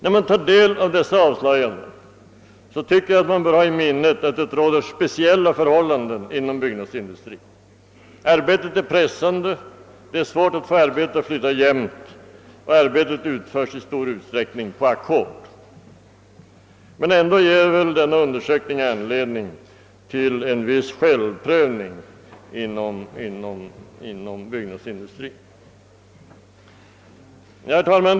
Då man tar del av dessa avslöjanden bör man dock ha i minnet att det råder speciella förhållanden inom byggnadsindustrin. Arbetet är pressande, det är svårt att få det att flyta jämnt och det utföres i stor utsträckning på ackord. Men ändå ger väl denna undersökning anledning till en viss självprövning inom byggnadsindustrin. Herr talman!